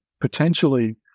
potentially